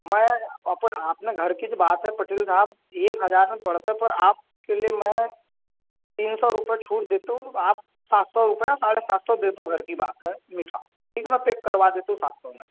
मैं अपन अपने घर की जो बात है पटेल साहब एक हजार में पड़ता पर आपके लिए मैं तीन सौ रुपये छूट देता हूँ आप सात सौ रुपये साढ़े सात सौ दे दो घर की बात है मीठा ठीक है न पैक करवा देता हूँ सात सौ में